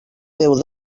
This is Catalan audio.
déu